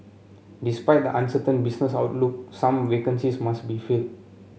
despite the uncertain business outlook some vacancies must be filled